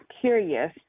curious